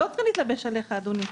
לא צריכים להתלבש עליך, אדוני.